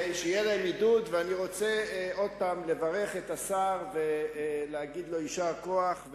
ואני רוצה עוד פעם לברך את השר ולהגיד לו יישר כוח,